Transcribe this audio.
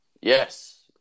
Yes